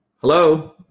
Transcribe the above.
Hello